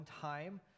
time